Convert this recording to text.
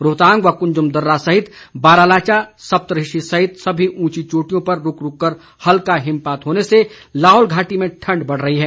रोहतांग व कृंजम दर्रा सहित बारालाचा सप्तऋषि सहित सभी उंची चोटियों पर रूक रूक कर हल्का हिमपात होने से लाहौल घाटी में ठंड बढ़ रही है